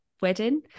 wedding